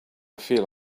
feel